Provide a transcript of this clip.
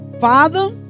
Father